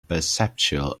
perceptual